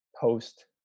post